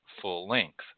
full-length